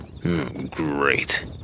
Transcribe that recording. great